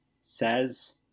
says